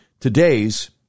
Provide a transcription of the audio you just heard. today's